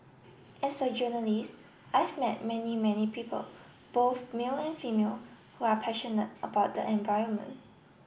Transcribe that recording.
as a journalist I've met many many people both male and female who are passionate about the environment